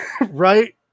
Right